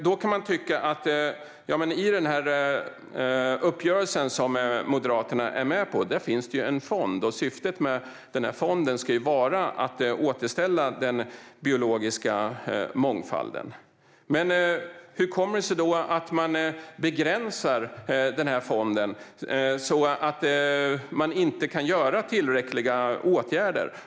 I den uppgörelse som Moderaterna är med på finns det en fond vars syfte ska vara att återställa den biologiska mångfalden. Men hur kommer det sig då att man begränsar denna fond så att man inte kan vidta tillräckliga åtgärder?